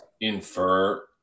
infer